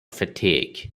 fatigue